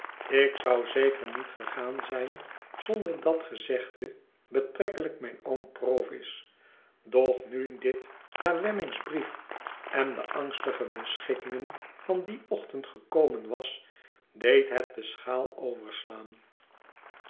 ik zou zeker niet gegaan zijn zonder dat gezegdebetrekkelijk mijn oom provis doch nu dit nawemmick's brief en de angstige beschikkingen van dien ochtend gekornen was deed het de schaal overslaan